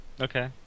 Okay